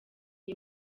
iyi